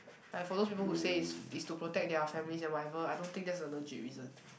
like for those people who say is is to protect their families and whatever I don't think that's a legit reason